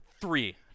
Three